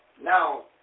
now